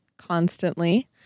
Constantly